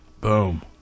Boom